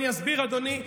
אדוני,